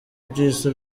byiza